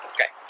Okay